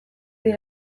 dira